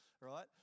right